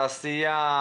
התעשייה,